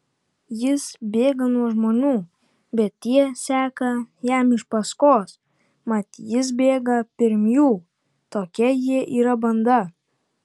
jis bėga nuo žmonių bet tie seka jam iš paskos mat jis bėga pirm jų tokia jie yra banda